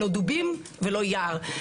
לא דובים ולא יער.